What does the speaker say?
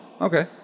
okay